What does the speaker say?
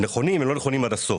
נכונים, אבל הם לא נכונים עד הסוף.